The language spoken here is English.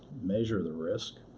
measure the risk,